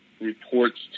reports